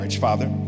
Father